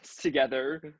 together